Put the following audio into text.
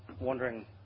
wondering